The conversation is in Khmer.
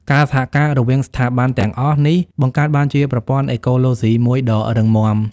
ការសហការរវាងស្ថាប័នទាំងអស់នេះបង្កើតបានជាប្រព័ន្ធអេកូឡូស៊ីមួយដ៏រឹងមាំ។